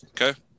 Okay